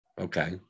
Okay